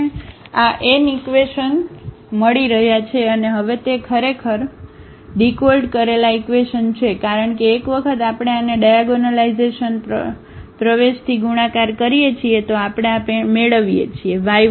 આપણને આ n equation મળી રહ્યાં છે અને હવે તે ખરેખર ડીકોલ્ડ કરેલા ઈક્વેશન છે કારણ કે એક વખત આપણે આને ડાયાગોનલાઇઝેશન પ્રવેશથી ગુણાકાર કરીએ છીએ તો આપણે આ મેળવીએ છીએ